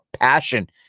passion